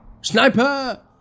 Sniper